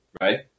right